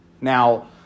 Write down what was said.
Now